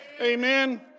Amen